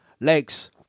Legs